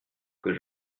que